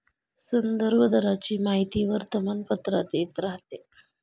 संदर्भ दराची माहिती वर्तमानपत्रात येत राहते